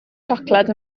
siocled